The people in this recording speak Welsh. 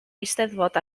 eisteddfod